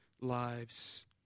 lives